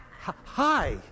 hi